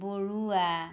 Barua